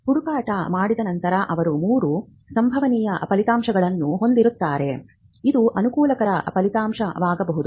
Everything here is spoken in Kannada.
ಇದು ಅನುಕೂಲಕರ ಫಲಿತಾಂಶವಾಗಬಹುದು